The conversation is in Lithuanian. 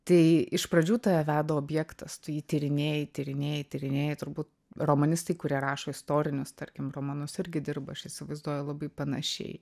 tai iš pradžių tave veda objektas tu jį tyrinėji tyrinėji tyrinėji turbūt romanistai kurie rašo istorinius tarkim romanus irgi dirba aš įsivaizduoju labai panašiai